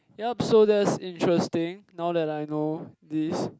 yup so that's interesting now that I know this